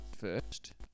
First